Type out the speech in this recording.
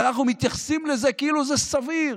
ואנחנו מתייחסים לזה כאילו זה סביר,